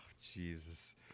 Jesus